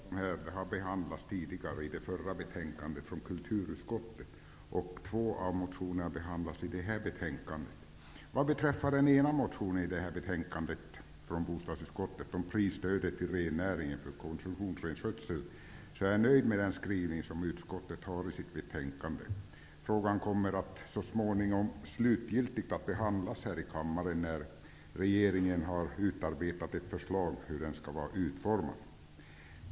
Herr talman! I anslutning till regeringens proposition om samerna och samisk kultur har en av våra motioner behandlats i det betänkande från konstitutionsutskottet som vi tidigare debatterade. Två av motionerna behandlas i detta betänkande. Vad beträffar den ena motionen i detta betänkande från bostadsutskottet om prisstödet till rennäringen för koncessionsrenskötsel är jag nöjd med utskottets skrivning. Frågan kommer så småningom att slutgiltigt behandlas här i kammaren när regeringen har utarbetat ett förslag om hur den skall vara utformad.